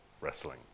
wrestling